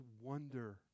wonder